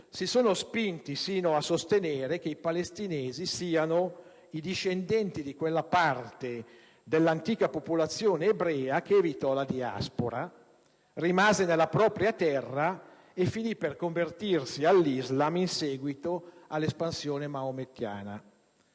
si sono spinti sino a sostenere che i palestinesi siano i discendenti di quella parte dell'antica popolazione ebraica che evitò la diaspora, rimase nella propria terra e finì per convertirsi all'Islam in seguito all'espansione maomettana.